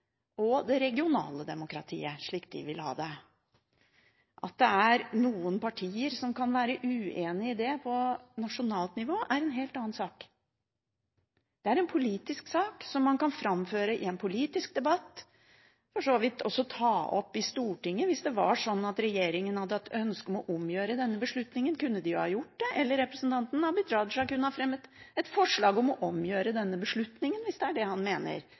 og det regionale demokratiet, slik de vil ha det. At det er noen partier som kan være uenig i det på nasjonalt nivå, er en helt annen sak. Det er en politisk sak som man kan framføre i en politisk debatt og for så vidt ta opp i Stortinget. Hvis det var slik at regjeringen hadde hatt ønske om å omgjøre denne beslutningen, kunne de ha gjort det, eller representanten Abid Q. Raja kunne fremmet et forslag om å omgjøre denne beslutningen, hvis det er det han mener.